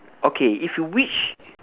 okay if you wish